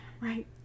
Right